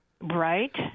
right